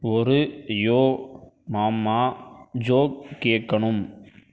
ஒரு yo mama joke கேக்கணும்